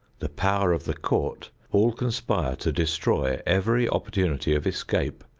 the power of the court all conspire to destroy every opportunity of escape,